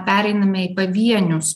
pereiname į pavienius